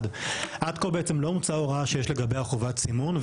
עד כה בעצם לא הומצאה הוראה שיש לגביה חובת סימון.